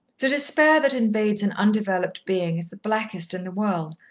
the despair that invades an undeveloped being is the blackest in the world,